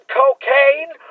cocaine